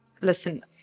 listen